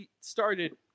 started